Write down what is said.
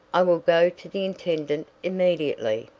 i will go to the intendant immediately!